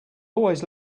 always